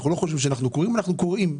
אנחנו לא חושבים שאנחנו קוראים, אנחנו קוראים.